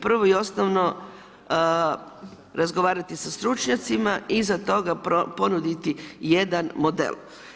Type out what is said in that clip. Prvo i osnovno, razgovarati sa stručnjacima i iza toga ponuditi jedan model.